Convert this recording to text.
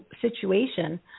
situation